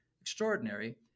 extraordinary